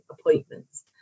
appointments